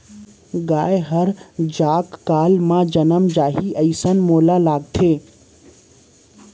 गाय हर आजे काल म जनम जाही, अइसन मोला लागत हे